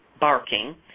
barking